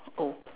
oh